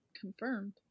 confirmed